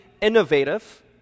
innovative